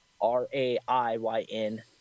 R-A-I-Y-N